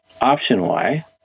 Option-Y